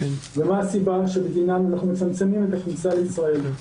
ומה הסיבות שבגינן אנחנו מצמצמים את הכניסה לישראל.